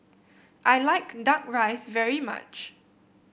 I like duck rice very much